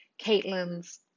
Caitlin's